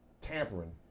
tampering